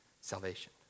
salvation